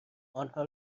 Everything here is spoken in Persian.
آنها